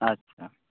ᱟᱪᱪᱷᱟ